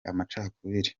amacakubiri